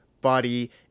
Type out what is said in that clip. body